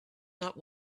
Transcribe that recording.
not